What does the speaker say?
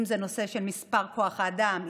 אם זה נושא כוח האדם,